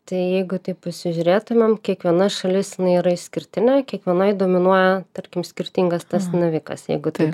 tai jeigu taip pasižiūrėtumėm kiekviena šalis na yra išskirtinė kiekvienoj dominuoja tarkim skirtingas tas navikas jeigu taip